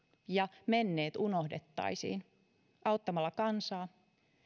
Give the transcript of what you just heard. ja menneet unohdettaisiin auttamalla kansaa